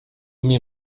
mir